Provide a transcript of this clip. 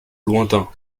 lointain